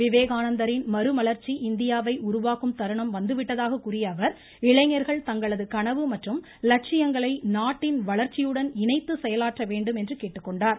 விவேகானந்தரின் மறுமலர்ச்சி இந்தியாவை உருவாக்கும் தருணம் வந்து விட்டதாக கூறிய அவர் இளைஞர்கள் தங்களது கனவு மற்றும் லட்சியங்களை நாட்டின் வளர்ச்சியுடன் இணைத்து செயலாற்ற வேண்டும் என கேட்டுக்கொண்டார்